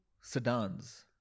sedans